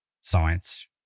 science